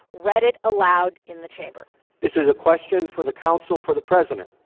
read it aloud in the chamber this is a question for the counsel for the president.